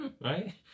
Right